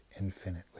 infinitely